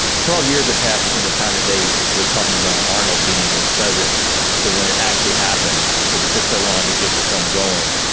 twelve years have passed between the time that they were talking about arnold being fezzik to when it actually happened, because it took so long to get the film going,